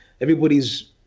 Everybody's